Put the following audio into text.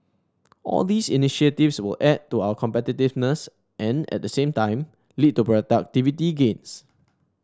all these initiatives will add to our competitiveness and at the same time lead to productivity gains